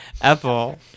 Apple